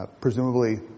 presumably